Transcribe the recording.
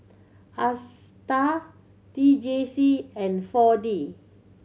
Astar T J C and Four D